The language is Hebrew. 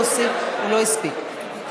הוא לא הספיק.